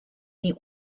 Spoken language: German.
die